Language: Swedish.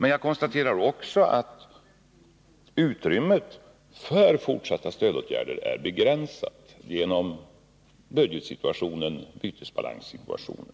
Men jag konstaterar också att utrymmet för fortsatta stödåtgärder är begränsat genom budgetsituationen och bytesbalanssituationen.